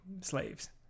slaves